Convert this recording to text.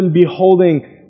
beholding